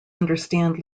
understand